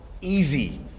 easy